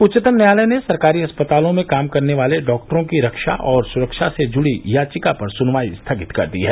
उच्चतम न्यायालय ने सरकारी अस्पतालों में काम करने वाले डॉक्टरों की रक्षा और सुरक्षा से जुड़ी याचिका पर सुनवाई स्थगित कर दी है